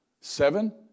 Seven